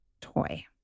toy